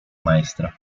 maestra